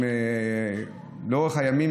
לאורך הימים,